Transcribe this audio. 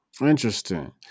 interesting